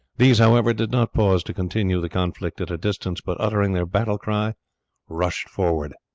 these, however, did not pause to continue the conflict at a distance, but uttering their battle-cry rushed forward.